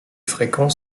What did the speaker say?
fréquents